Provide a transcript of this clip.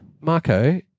Marco